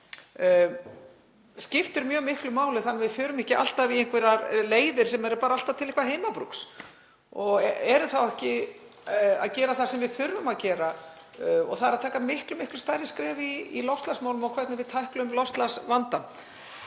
skipti mjög miklu máli þannig að við förum ekki alltaf einhverjar leiðir sem eru bara til heimabrúks og erum þá ekki að gera það sem við þurfum að gera og það er að taka miklu stærri skref í loftslagsmálum og hvernig við tæklum loftslagsvandann,